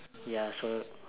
ya so